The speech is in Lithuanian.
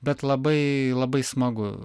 bet labai labai smagu